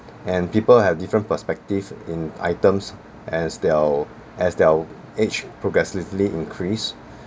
and people have different perspective in items as they'll as their age progressively increase